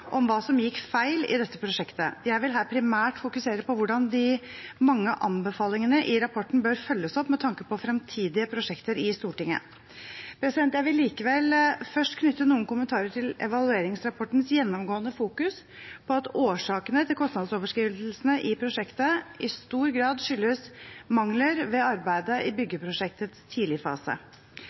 om hva som gikk feil i dette prosjektet. Jeg vil her primært fokusere på hvordan de mange anbefalingene i rapporten bør følges opp med tanke på fremtidige prosjekter i Stortinget. Jeg vil likevel første knytte noen kommentarer til evalueringsrapportens gjennomgående fokus på at årsakene til kostnadsoverskridelsene i prosjektet i stor grad skyldes mangler ved arbeidet i byggeprosjektets